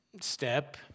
step